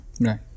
right